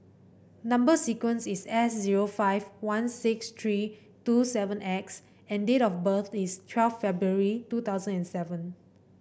number sequence is S zero five one six three two seven X and date of birth is twelve February two thousand and seven